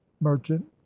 merchant